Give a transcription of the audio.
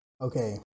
Okay